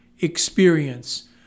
experience